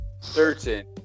certain